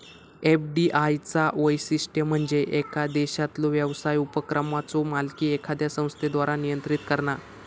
FDI चा वैशिष्ट्य म्हणजे येका देशातलो व्यवसाय उपक्रमाचो मालकी एखाद्या संस्थेद्वारा नियंत्रित करणा